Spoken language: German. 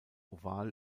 oval